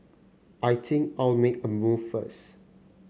I think I'll make a move first